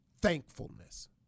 thankfulness